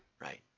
right